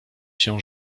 się